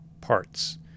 parts